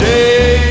Day